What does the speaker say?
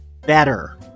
better